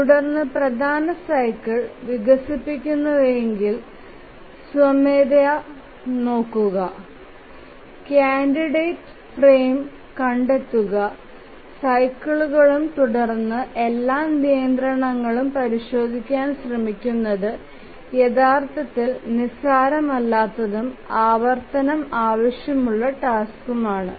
തുടർന്ന് പ്രധാന സൈക്കിൾ വികസിപ്പിക്കുന്നവയെല്ലാം സ്വമേധയാ നോക്കുക കാൻഡിഡേറ്റ് ഫ്രെയിം കണ്ടെത്തുക സൈക്കിളുകളും തുടർന്ന് എല്ലാ നിയന്ത്രണങ്ങളും പരിശോധിക്കാൻ ശ്രമിക്കുന്നത് യഥാർത്ഥത്തിൽ നിസ്സാരമല്ലാത്തതും ആവർത്തനം ആവശ്യമുള്ള ടാസ്കും ആണ്